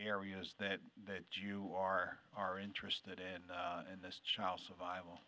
areas that that you are are interested in this child survival